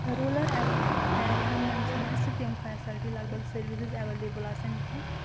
rural ایریاہَن منٛز چھِنہٕ اَسہِ تِم فیسَلٹی لگ بگ سٔروِسٕز ایویلیبٕل آسان کینٛہہ